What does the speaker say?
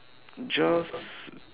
just